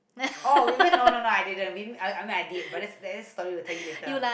oh we went no no no I didn't we I I mean I did but that's that's story will tell you later